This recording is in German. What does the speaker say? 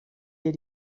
dir